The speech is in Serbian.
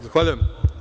Zahvaljujem.